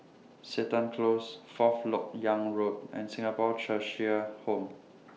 Seton Close Fourth Lok Yang Road and Singapore Cheshire Home